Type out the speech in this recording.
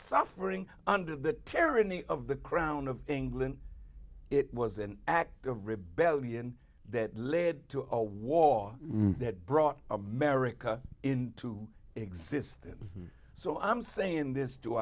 suffering under the tyranny of the crown of england it was an act of rebellion that led to a war that brought america into existence so i'm saying this to